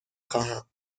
خواهم